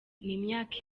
n’imyaka